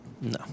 No